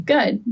Good